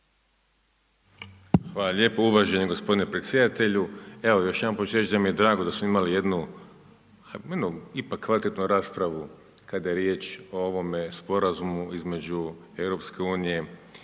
Hvala lijepo uvaženi gospodine predsjedatelju, evo još jedan put ću reć da mi je drago da smo imali jednu, jednu ipak kvalitetnu raspravu kada je riječ o ovome Sporazumu između EU i